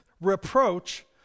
reproach